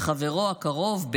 וחברו הקרוב,